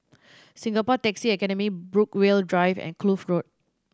Singapore Taxi Academy Brookvale Drive and Kloof Road